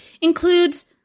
includes